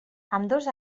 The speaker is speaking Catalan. ambdós